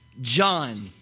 John